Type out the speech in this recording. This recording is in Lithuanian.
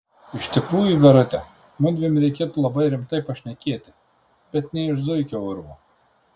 iš tikrųjų verute mudviem reikėtų labai rimtai pašnekėti bet ne iš zuikio urvo